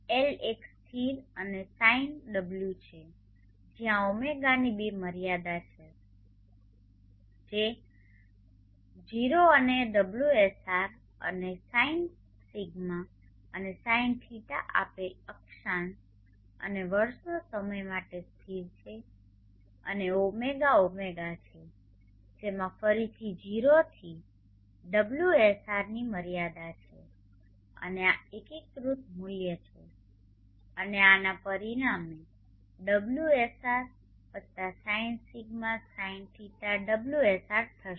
L એક સ્થિર અને sine ω છે જ્યાં ઓમેગાની બે મર્યાદાઓ છે જે 0 અને ωSR અને sine δ અને sine φ આપેલ અક્ષાંશ અને વર્ષનો સમય માટે સ્થિર છે અને ઓમેગા ઓમેગા છે જેમાં ફરીથી 0 થી ωSR ની મર્યાદા છે અને આ એકીકૃત મૂલ્ય છે અને આના પરિણામે ωSR વત્તા sinδ sin φ ωSR થશે